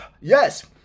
Yes